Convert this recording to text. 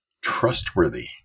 trustworthy